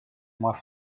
moi